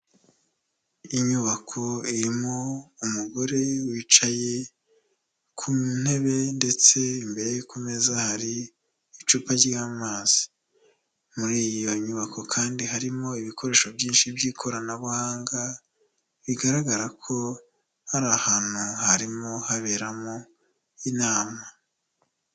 Inyubako irimo umugore wicaye ku ntebe ndetse imbere ku meza hari icupa ry'amazi, muri iyo nyubako kandi harimo ibikoresho byinshi by'ikoranabuhanga, bigaragara ko ari ahantu harimo haberamo inama.